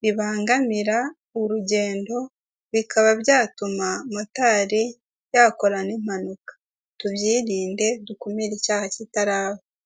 bibangamira urugendo bikaba byatuma motari yakora n'impanuka. Tubyirinde dukumire icyaha kitaraba.